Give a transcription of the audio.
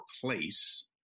place